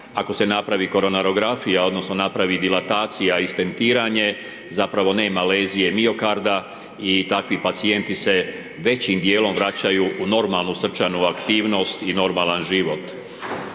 ako se napravi koronarografija odnosno napravili dilatacija i stentiranje zapravo nema lezije miokarda i takvi pacijenti se većim dijelom vraćaju u normalnu srčanu aktivnost i normalan život.